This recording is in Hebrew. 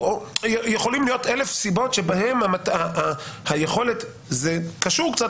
יכולות להיות אלף סיבות - זה קשור קצת